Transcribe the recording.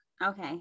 Okay